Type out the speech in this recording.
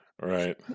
right